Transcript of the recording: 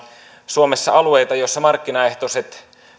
suomessa alueita joilla